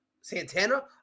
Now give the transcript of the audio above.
Santana